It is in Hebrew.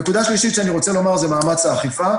נקודה שלישית שאני רוצה לומר זה מאמץ האכיפה,